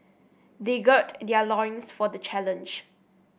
they gird their loins for the challenge